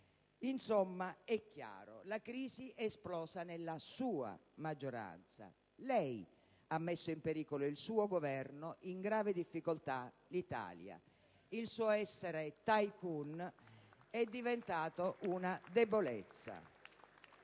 Insomma, è chiaro: la crisi è esplosa nella sua maggioranza. Lei ha messo in pericolo il suo Governo, in grave difficoltà l'Italia. Il suo essere *tycoon* è diventato una debolezza.